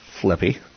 flippy